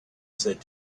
said